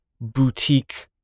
boutique